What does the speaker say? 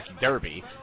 Derby